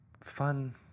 fun